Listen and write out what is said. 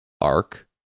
arc